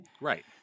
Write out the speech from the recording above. Right